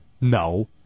No